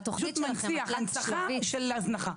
ככה, פשוט מנציחה, הנצחה של הזנחה.